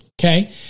okay